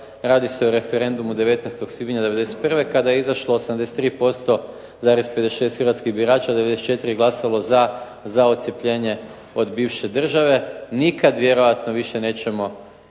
Radi se o referendumu 19. svibnja '91. kada je izašlo 83,56% hrvatskih birača. 94 je glasalo za odcjepljenje od bivše države. Nikad vjerojatno više nećemo